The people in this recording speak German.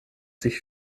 sich